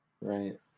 Right